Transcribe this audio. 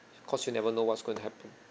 cause you never know what's gonna happen